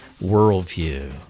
worldview